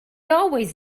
always